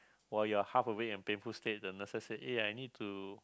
while you're half awake and painful state the nurses said eh I need to